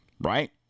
right